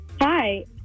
Hi